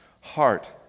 heart